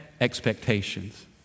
expectations